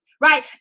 right